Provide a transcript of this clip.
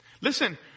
listen